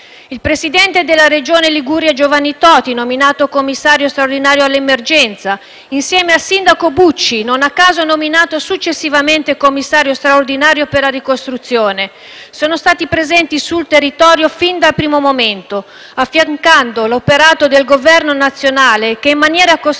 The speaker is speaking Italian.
Il presidente della Regione Liguria Giovanni Toti, nominato commissario straordinario all’emergenza, insieme al sindaco Bucci, non a caso nominato successivamente commissario straordinario per la ricostruzione, sono stati presenti sul territorio fin dal primo momento, affiancando l’operato del Governo nazionale, che in maniera costante